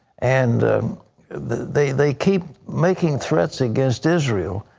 and they they keep making threats against israel,